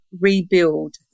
rebuild